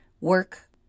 work